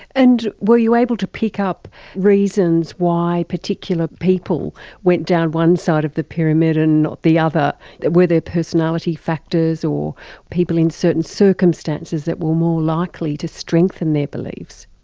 and were you able to pick up reasons why particular people went down one side of the pyramid and not the other? were there personality factors or people in certain circumstances that were more likely to strengthen their beliefs?